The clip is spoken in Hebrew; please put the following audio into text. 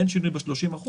אין שינוי ב-30%,